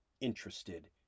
interested